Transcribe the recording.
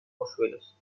polluelos